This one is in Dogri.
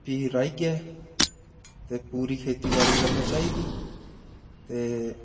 बीऽ राह्इयै ते पूरी खेती बाड़ी करनी चाहिदी ते